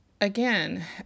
again